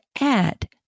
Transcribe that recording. add